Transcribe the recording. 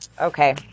Okay